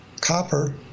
copper